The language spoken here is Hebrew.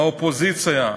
האופוזיציה,